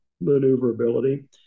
maneuverability